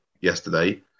yesterday